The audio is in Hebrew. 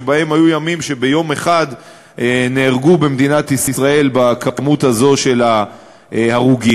שבהם ביום אחד נהרגו במדינת ישראל המספר הזה של ההרוגים.